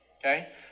Okay